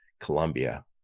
Colombia